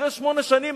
אחרי שמונה שנים,